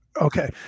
Okay